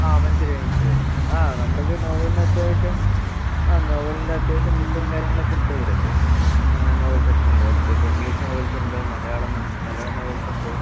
ആ മനസ്സിലായി മനസ്സിലായി ആ നമ്മൾക്ക് നോവലിന് അത്യാവശ്യം ആ നോവലിന് അത്യാവശ്യം ബുക്കുകളും കാര്യങ്ങൾ ഒക്കെ ഉണ്ട് ഇവിടെ ഇപ്പോൾ നോവൽ സെക്ഷനില് വന്നിട്ട് ഇപ്പം ഇംഗ്ലീഷ് നോവൽസ് ഉണ്ട് മലയാളം മലയാളം നോവൽസ് ഉണ്ട്